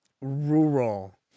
Rural